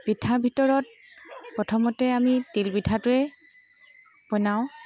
পিঠাৰ ভিতৰত প্ৰথমতে আমি তিলপিঠাটোৱে বনাওঁ